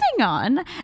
on